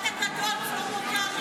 הדמוקרט הגדול שלמה קרעי.